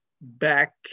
Back